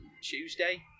Tuesday